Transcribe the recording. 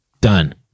done